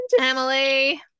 Emily